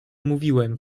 mówiłem